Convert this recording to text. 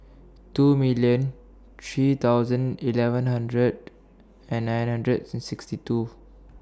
two million three thousand eleven hundred and nine hundred and sixty two